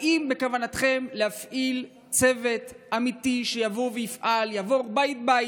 האם בכוונתכם להפעיל צוות אמיתי שיבוא ויפעל ויעבור בית-בית,